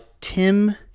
Tim